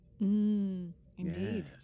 Indeed